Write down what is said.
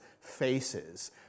faces